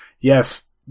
yes